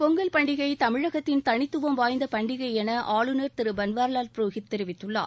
பொங்கல் பண்டிகை தமிழகத்தின் தனித்துவம் வாய்ந்த பண்டிகை என ஆளுநர் திரு பன்வாரிலால் புரோஹித் தெரிவித்துள்ளார்